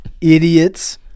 idiots